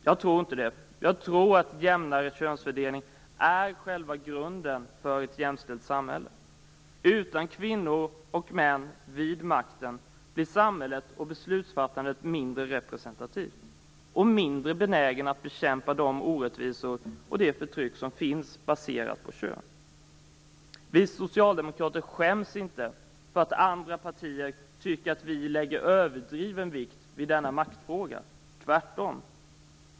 Jag tror inte det. Jag tror att en jämnare könsfördelning är själva grunden för ett jämställt samhälle. Utan kvinnor och män vid makten blir samhället och beslutsfattandet mindre representativt och mindre benäget att bekämpa de orättvisor och det förtryck som finns baserat på kön. Vi socialdemokrater skäms inte för att andra partier tycker att vi lägger överdriven vikt vid denna maktfråga. Tvärtom.